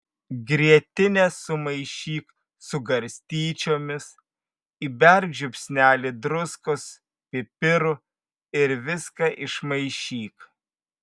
grietinę sumaišyk su garstyčiomis įberk žiupsnelį druskos pipirų ir viską išmaišyk